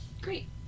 Great